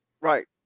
Right